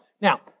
Now